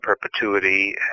perpetuity